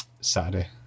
Saturday